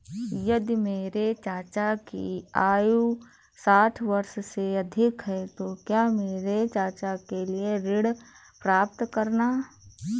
यदि मेरे चाचा की आयु साठ वर्ष से अधिक है तो क्या मेरे चाचा के लिए ऋण प्राप्त करना संभव होगा?